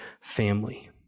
family